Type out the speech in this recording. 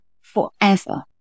forever